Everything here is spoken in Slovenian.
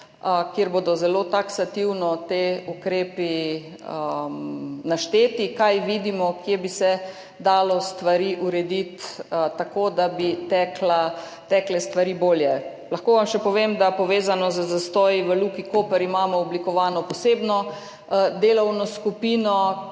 kjer bodo zelo taksativno ti ukrepi našteti, kaj vidimo, kje bi se dalo stvari urediti tako, da bi tekle stvari bolje. Lahko vam še povem, da imamo, povezano z zastoji, v Luki Koper oblikovano posebno delovno skupino,